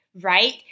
right